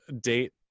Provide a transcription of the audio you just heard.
date